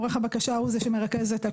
עורך הבקשה הוא זה שמרכז את הכל.